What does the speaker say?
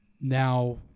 now